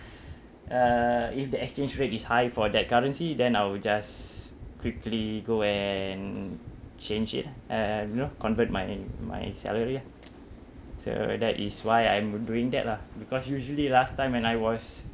uh if the exchange rate is high for that currency then I'll just quickly go and change it ah and you know convert my my salary ah so that is why I'm doing that lah because usually last time when I was